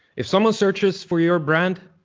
if someone searches for your brand,